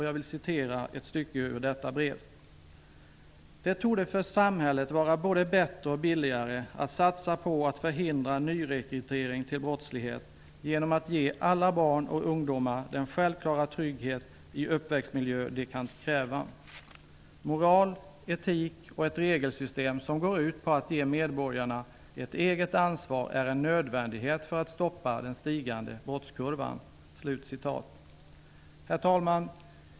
Jag vill citera ett stycke ur detta brev: ''Det torde för samhället vara både bättre och billigare att satsa på att förhindra nyrekrytering till brottslighet genom att ge alla barn och ungdomar den självklara trygghet i uppväxtmiljön de kan kräva. Moral, etik och ett regelsystem som går ut på att ge medborgarna ett eget ansvar är en nödvändighet för att stoppa den stigande brottskurvan.'' Herr talman!